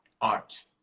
art